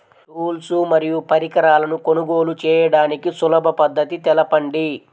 Tools మరియు పరికరాలను కొనుగోలు చేయడానికి సులభ పద్దతి తెలపండి?